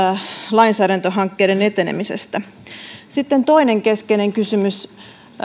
lainsäädäntöhankkeiden etenemisestä sitten toinen keskeinen kysymys